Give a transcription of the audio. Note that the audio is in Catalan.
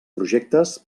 projectes